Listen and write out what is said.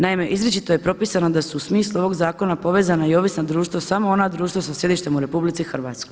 Naime, izričito je propisano da su u smislu ovog zakona povezana i ovisna društva samo ona društva sa sjedištem u RH.